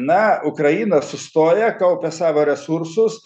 na ukraina sustoja kaupia savo resursus